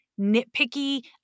nitpicky